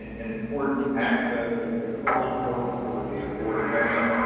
an an important access as they close portal for the ah board only.